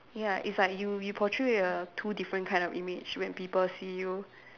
ya it's like you you portray a two different kind of image when people see you